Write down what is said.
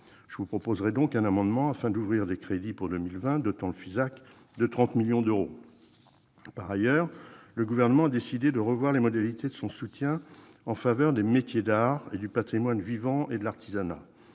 Je vous proposerai donc un amendement afin d'ouvrir des crédits pour 2020 dotant le Fisac de 30 millions d'euros. Par ailleurs, le Gouvernement a décidé de revoir les modalités de son soutien en faveur des métiers d'art et du patrimoine vivant et de l'artisanat.